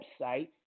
website